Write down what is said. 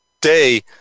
day